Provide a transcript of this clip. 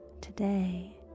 Today